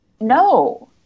No